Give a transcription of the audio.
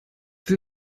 will